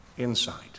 inside